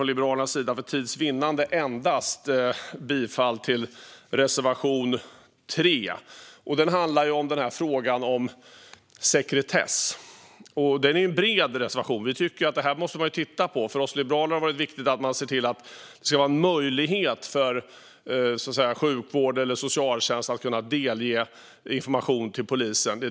Liberalerna yrkar för tids vinnande bifall endast till reservation 3 om sekretess. Det är en bred reservation. Man måste titta på det här. För oss liberaler är det viktigt att det ska finnas möjlighet för sjukvården eller socialtjänsten att delge polisen information.